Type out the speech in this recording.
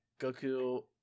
Goku